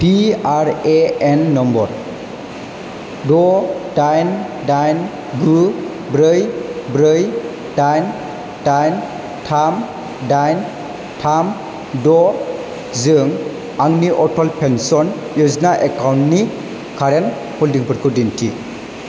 P R A N number द' डाइन डाइन गु ब्रै ब्रै डाइन डाइन थाम डाइन थाम द' जों आंनि अटल पेन्सन य'जना एकाउन्टनि कारेन्ट हल्डिंफोरखौ दिन्थि